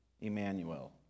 Emmanuel